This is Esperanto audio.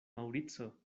maŭrico